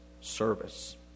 service